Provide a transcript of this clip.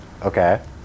Okay